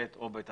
ב' או בתצהיר,